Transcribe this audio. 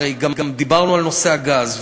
הרי גם דיברנו על נושא הגז,